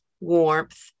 warmth